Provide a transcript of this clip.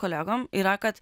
kolegom yra kad